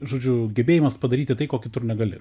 žodžiu gebėjimas padaryti tai ko kitur negali